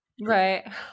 right